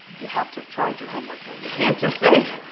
you have to have tried your homework, though. you can't just say,